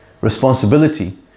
responsibility